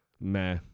Meh